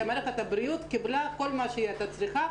שמערכת הבריאות קיבלה כל מה שהיא הייתה צריכה,